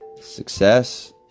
success